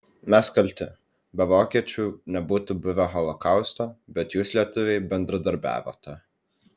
mes kalti be vokiečių nebūtų buvę holokausto bet jūs lietuviai bendradarbiavote